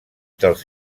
dels